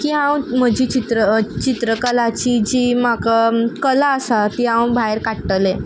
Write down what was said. की हांव म्हजी चित्र चित्रकलाची जी म्हाक कला आसा ती हांव भायर काडटलें